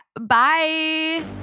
Bye